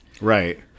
Right